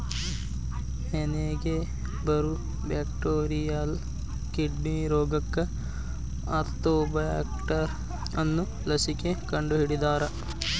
ಮೇನಿಗೆ ಬರು bacterial kidney ರೋಗಕ್ಕ ಆರ್ತೋಬ್ಯಾಕ್ಟರ್ ಅನ್ನು ಲಸಿಕೆ ಕಂಡಹಿಡದಾರ